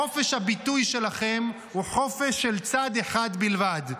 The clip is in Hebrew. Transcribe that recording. חופש הביטוי שלכם הוא חופש של צד אחד בלבד.